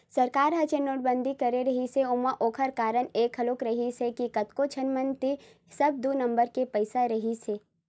सरकार ह जेन नोटबंदी करे रिहिस हे ओमा ओखर कारन ये घलोक रिहिस हे के कतको झन मन तीर सब दू नंबर के पइसा रहिसे हे